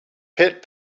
pit